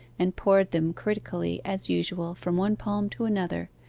and poured them critically as usual from one palm to another,